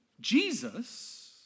Jesus